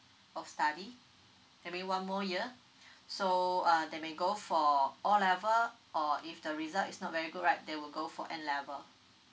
of study that mean one more year so uh they may go for O level or if the result is not very good right they will go for N level